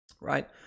right